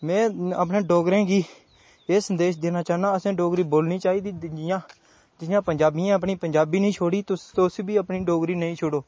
में अपने डोगरें गी एह् संदेश देना चाह्न्नां तुसें डोगरी बोलना चाहिदी जि'यां जि'यां पंजाबियें अपनी पंजाबी निं छोड़ी ते तुस बी अपनी डोगरी नेईं छोड़ो